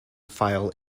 file